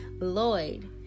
lloyd